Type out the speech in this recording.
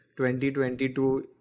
2022